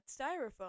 styrofoam